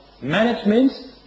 management